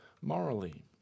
morally